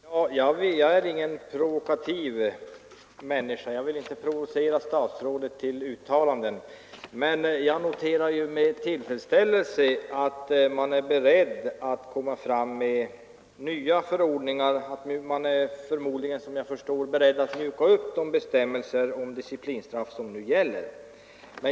Herr talman! Jag är ingen provokativ människa. Jag vill inte provocera statsrådet till uttalanden. Men jag noterar med tillfredsställelse att man är beredd att komma fram med nya förordningar och, som jag förstår, mjuka upp de bestämmelser om disciplinstraff som nu gäller.